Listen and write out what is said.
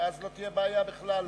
ואז לא תהיה בעיה בכלל.